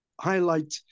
highlight